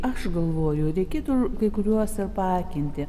aš galvoju reikėtų kai kuriuos ir paraginti